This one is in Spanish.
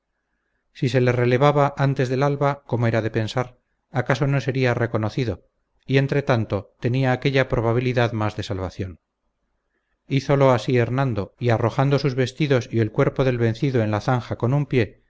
si se le relevaba antes del alba como era de pensar acaso no sería reconocido y entretanto tenía aquella probabilidad más de salvación hízole así hernando y arrojando sus vestidos y el cuerpo del vencido en la zanja con un pie